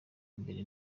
mbere